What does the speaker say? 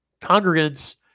congregants